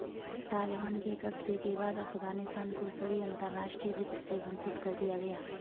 तालिबान के कब्जे के बाद अफगानिस्तान को सभी अंतरराष्ट्रीय वित्त से वंचित कर दिया गया